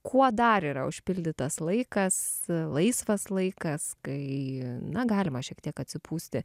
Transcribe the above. kuo dar yra užpildytas laikas laisvas laikas kai na galima šiek tiek atsipūsti